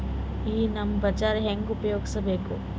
ಈ ನಮ್ ಬಜಾರ ಹೆಂಗ ಉಪಯೋಗಿಸಬೇಕು?